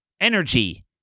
energy